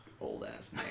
old-ass